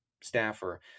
staffer